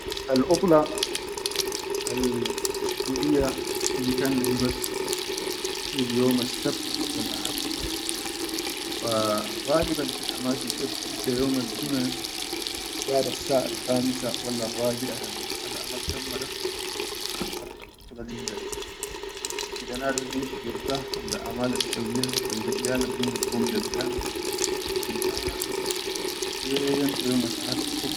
Al udula al sudiya fi bi kanna he bas hel yaumal sabat wal ahad, wa galiban fi amaki chat tibda yaumal jummʼe badas saʼal khamise warabiʼa kan amal tamma da khalas al udila tibda gide nadum binshi birta kan amala besawwi yan kan bi iyala bi mueuk le bikan bil anaso kee yaumta yaumal ahad usur.